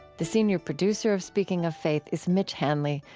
the senior producer of speaking of faith is mitch hanley,